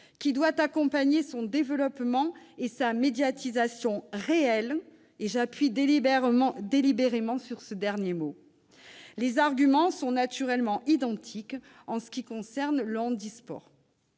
qui doit accompagner son développement et sa médiatisation réelle- j'appuie délibérément sur ce dernier mot. Les arguments sont naturellement identiques en ce qui concerne le handisport.